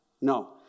No